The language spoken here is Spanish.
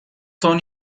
son